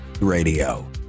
radio